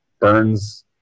Burns